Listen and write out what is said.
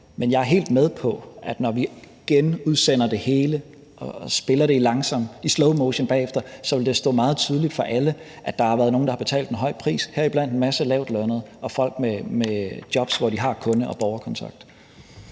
Men jeg er helt med på, at når vi genudsender det hele og spiller det i slowmotion bagefter, vil det stå meget tydeligt for alle, at der har været nogle, der har betalt en høj pris, heriblandt en masse lavtlønnede og folk med jobs, hvor de har kunde- og borgerkontakt.